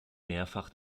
mehrfach